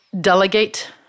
Delegate